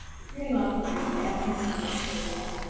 the hearing officer is bound by the law.